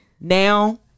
Now